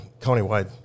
countywide